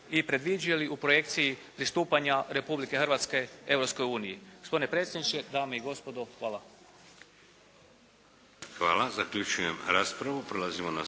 i predvidjeli u projekciji pristupanja Republike Hrvatske Europskoj uniji. Gospodine predsjedniče, dame i gospodo hvala.